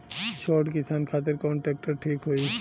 छोट किसान खातिर कवन ट्रेक्टर ठीक होई?